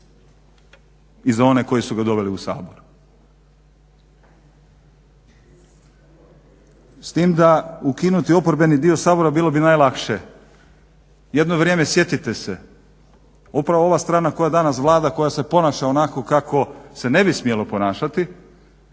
i za one koji su ga doveli u Sabor. S tim da ukinuti oporbeni dio Sabora bilo bi najlakše. Jedno vrijeme, sjetite se upravo ova strana koja danas vlada, koja se ponaša onako kako se ne bi smjelo ponašati